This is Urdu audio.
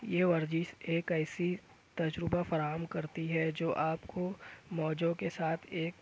یہ ورزش ایک ایسی تجربہ فراہم کرتی ہے جو آپ کو موجوں کے ساتھ ایک